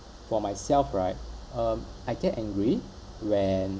for myself right um I get angry when